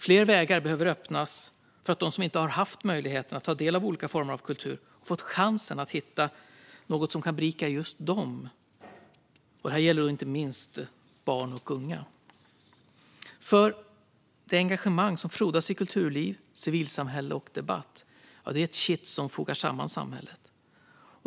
Fler vägar behöver öppnas för dem som inte har haft möjligheten att ta del av olika former av kultur och fått chansen att hitta något som kan berika just dem. Detta gäller inte minst barn och unga. Det engagemang som frodas i kulturliv, civilsamhälle och debatt är nämligen ett kitt som fogar samman samhället.